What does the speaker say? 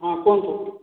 ହଁ କୁହନ୍ତୁ